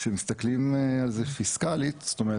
כשמסתכלים על זה פיסקלית זאת אומרת,